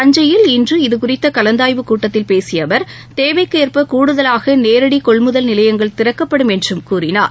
தஞ்சையில் இன்று இதுகுறித்த கலந்தாய்வு கூட்டத்தில் பேசிய அவர் தேவைக்கு ஏற்ப கூடுதலாக நேரடி கொள்முதல் நிலையங்கள் திறக்கப்படும் என்றும் கூறினார்